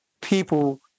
people